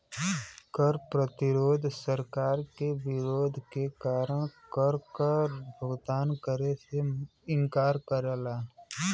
कर प्रतिरोध सरकार के विरोध के कारण कर क भुगतान करे से इंकार करला